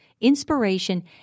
inspiration